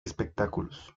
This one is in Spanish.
espectáculos